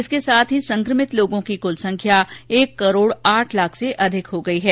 इसके साथ ही संक्रमित लोगों की कुल संख्या एक करोड आठ लाख से अधिक हो गई है